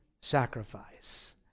sacrifice